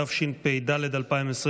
התשפ"ד 2023,